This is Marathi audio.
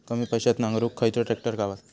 कमी पैशात नांगरुक खयचो ट्रॅक्टर गावात?